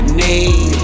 need